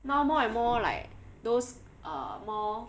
now more and more like those uh more